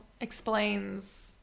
explains